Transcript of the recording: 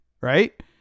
right